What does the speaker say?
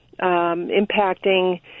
impacting